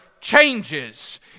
changes